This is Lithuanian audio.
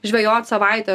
žvejot savaitę